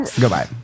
goodbye